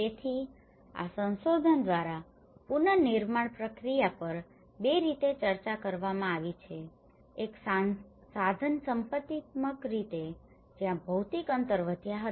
તેથી આ સંશોધન દ્વારા પુનર્નિર્માણ પ્રક્રિયા પર બે રીતે ચર્ચા કરવામાં આવી છે એક સાધનસંપત્તિત્મક રીતે જ્યાં ભૌતિક અંતર વધ્યા હતા